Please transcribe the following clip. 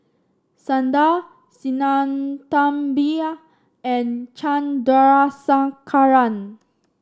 Sundar Sinnathamby and Chandrasekaran